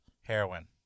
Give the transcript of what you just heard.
heroin